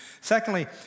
Secondly